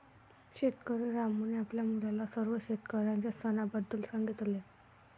शेतकरी रामूने आपल्या मुलाला सर्व शेतकऱ्यांच्या सणाबद्दल सांगितले